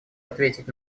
ответить